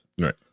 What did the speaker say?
Right